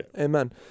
Amen